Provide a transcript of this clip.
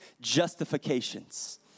justifications